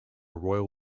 royal